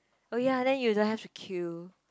oh ya then you don't have to queue